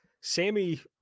Sammy